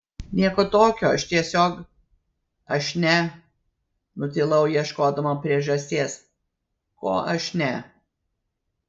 nieko tokio aš tiesiog aš ne nutilau ieškodama priežasties ko aš ne